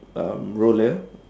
um roller